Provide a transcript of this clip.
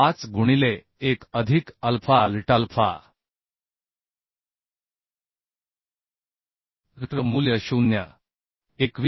5 गुणिले 1 अधिक अल्फा Ltअल्फा Lt मूल्य 0